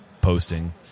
posting